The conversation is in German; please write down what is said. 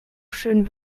schön